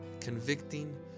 convicting